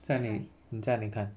在哪里你在哪里看